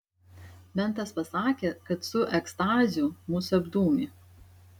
mentas pasakė kad su ekstazių mus apdūmė